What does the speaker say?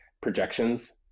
projections